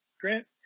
Grant